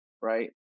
right